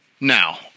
Now